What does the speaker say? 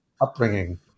Upbringing